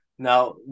Now